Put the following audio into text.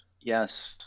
yes